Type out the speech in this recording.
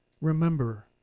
Remember